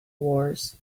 wars